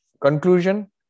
Conclusion